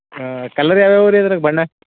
ಹಾಂ ಕಲ್ಲರ್ ಯಾವ್ಯಾವ ರೀ ಅದ್ರಾಗ ಬಣ್ಣ